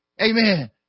Amen